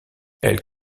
elle